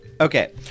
Okay